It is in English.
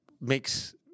makes